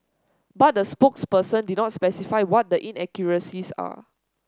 but the spokesperson did not specify what the inaccuracies are